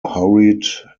hurried